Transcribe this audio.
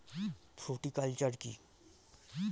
Fruticulture কী?